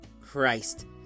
Christ